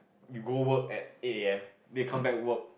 you go work at eight A_M then you come back work